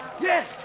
Yes